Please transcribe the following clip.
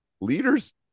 leaders